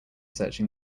searching